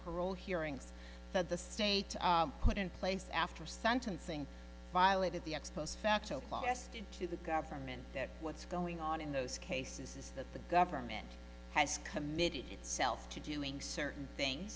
parole hearings that the state put in place after sentencing violated the ex post facto class into the government that what's going on in those cases is that the government has committed itself to doing certain things